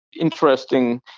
interesting